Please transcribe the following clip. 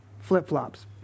flip-flops